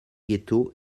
ghetto